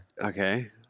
okay